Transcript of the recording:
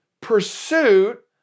pursuit